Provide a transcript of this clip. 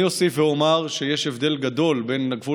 אני אוסיף ואומר שיש הבדל גדול בין הגבול